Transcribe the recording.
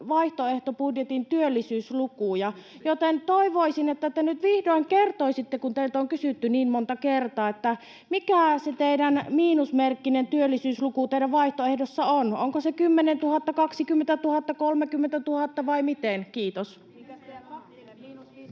vaihtoehtobudjettinne työllisyyslukuja, joten toivoisin, että te nyt vihdoin kertoisitte, kun teiltä on kysytty niin monta kertaa, mikä se teidän miinusmerkkinen työllisyyslukunne teidän vaihtoehdossanne on. Onko se 10 000, 20 000, 30 000, vai miten? — Kiitos.